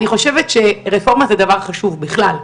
אני חושבת שרפורמה זה דבר חשוב בכלל,